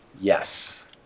Yes